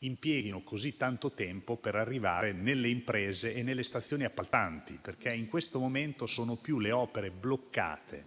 impieghino così tanto tempo per arrivare alle imprese e alle stazioni appaltanti. In questo momento, infatti, sono più le opere bloccate